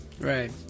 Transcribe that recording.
right